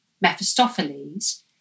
Mephistopheles